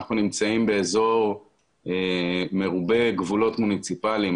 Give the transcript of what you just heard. אנחנו נמצאים באזור מרובה גבולות מוניציפליים,